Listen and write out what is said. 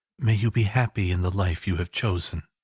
may you be happy in the life you have chosen!